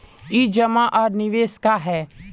ई जमा आर निवेश का है?